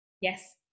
yes